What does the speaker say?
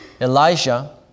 Elijah